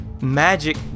magic